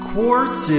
Quartz